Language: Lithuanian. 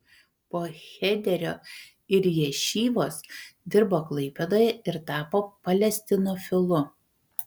po chederio ir ješivos dirbo klaipėdoje ir tapo palestinofilu